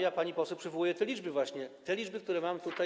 Ja pani poseł przywołuję te liczby właśnie, te liczby, które mam tutaj.